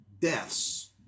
deaths